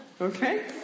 Okay